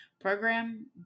program